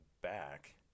back